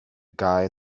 guy